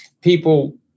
people